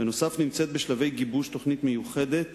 בנוסף, נמצאת בשלבי גיבוש תוכנית מיוחדת